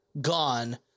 gone